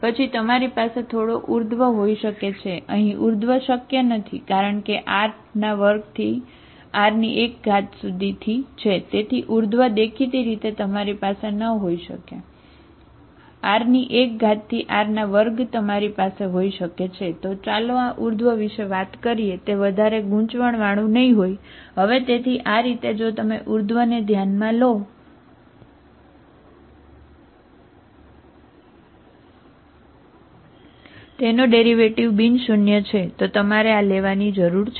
પછી તમારી પાસે થોડો ઉર્ધ્વ શક્ય નથી કારણ કે આ R2R1 થી છે તેથી ઉર્ધ્વ દેખીતી રીતે તમારી પાસે ન હોઈ શકે R1R2 તમારી પાસે હોઈ શકે છે તો ચાલો આ ઉર્ધ્વ છે તો તમારે આ લેવાની જરૂર છે